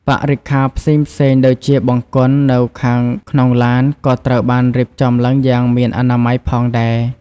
បរិក្ខារផ្សេងៗដូចជាបង្គន់នៅខាងក្នុងឡានក៏ត្រូវបានរៀបចំឡើងយ៉ាងមានអនាម័យផងដែរ។